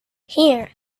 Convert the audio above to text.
here